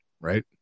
Right